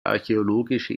archäologische